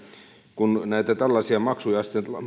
kun näitä tällaisia maksuja sitten